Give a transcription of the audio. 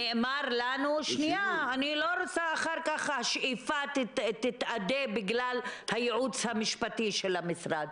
אני לא רוצה שאחר כך השאיפה תתאדה בגלל הייעוץ המשפטי של המשרד.